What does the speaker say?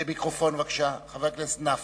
כבוד היושב-ראש, חברי חברי הכנסת,